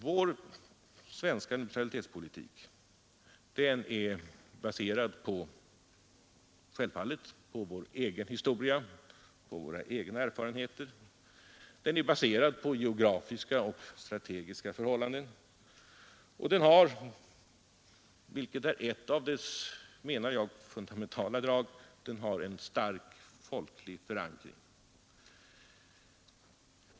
Vår svenska neutralitetspolitik är helt naturligt baserad på vår egen historia och våra egna erfarenheter. Den är baserad på geografiska och strategiska förhållanden och den har — vilket är ett enligt min mening fundamentalt drag — en stark folklig förankring.